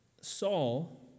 Saul